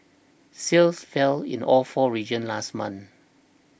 sales fell in all four regions last month